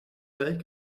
gleich